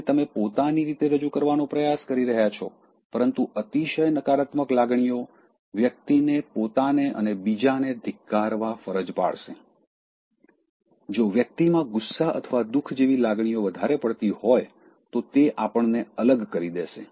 તેને તમે પોતાની રીતે રજૂ કરવાનો પ્રયાસ કરી રહ્યાં છો પરંતુ અતિશય નકારાત્મક લાગણીઓ વ્યક્તિને પોતાને અને બીજાને ધિક્કારવા ફરજ પાડશે જો વ્યક્તિમાં ગુસ્સા અથવા દુખ જેવી લાગણી વધારે પડતી હોય તો તે આપણને અલગ કરી દેશે